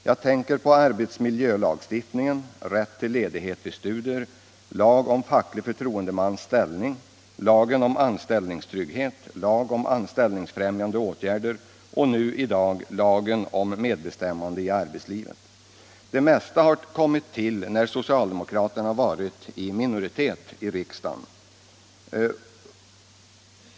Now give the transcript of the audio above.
Jag tänker på arbetsmiljölagstiftningen, rätt till ledighet vid studier, lagen om facklig förtroendemans ställning, lagen om anställningstrygghet, lagen om anställningsfrämjande åtgärder och nu i dag lagen om medbestämmande i arbetslivet. Det mesta har kommit till när socialdemokraterna varit i minoritet i riksdagen.